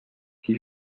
qui